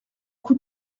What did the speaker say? coup